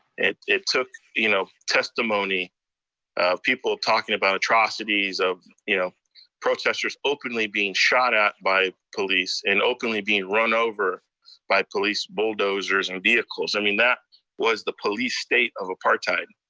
it it took you know testimony of people talking about atrocities, of you know protestors openly being shot at by police, and openly being run over by police bulldozers and vehicles. i mean that was the police state of apartheid.